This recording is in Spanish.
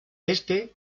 este